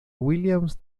williams